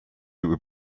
would